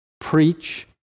preach